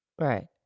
Right